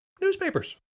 Newspapers